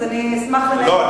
לא,